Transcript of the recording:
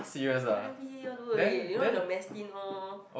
ya N_P_C_C all do already you know the mass tin all